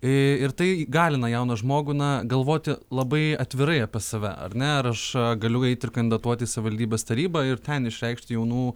ir tai įgalina jauną žmogų na galvoti labai atvirai apie save ar ne aš galiu eiti ir kandidatuoti savivaldybės tarybą ir ten išreikšti jaunų